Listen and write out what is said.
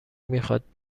میخواد